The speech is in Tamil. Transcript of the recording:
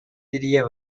திரிய